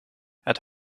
het